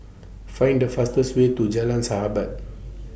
Find The fastest Way to Jalan Sahabat